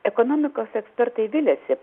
ekonomikos ekspertai viliasi